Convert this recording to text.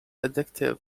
addictive